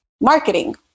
marketing